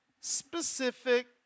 specific